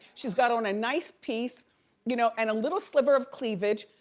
she's got on a nice piece you know and a little sliver of cleavage.